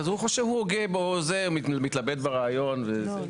הוא חושב, הוזה, מתלבט ברעיון וזה.